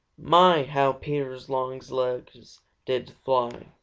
my, how peter's long legs did fly!